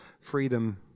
freedom